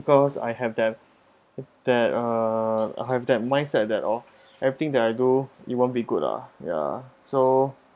because I have that that uh I have that mindset that oh everything that I do it won't be good lah ya so